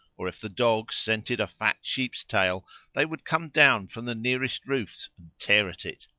or, if the dogs scented a fat sheep's tail they would come down from the nearest roofs and tear at it